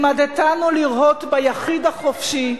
וכך אמר מנחם בגין על קברו של ז'בוטינסקי: לימדתנו לראות ביחיד החופשי,